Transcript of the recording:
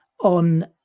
on